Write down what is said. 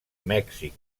mèxic